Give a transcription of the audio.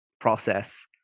process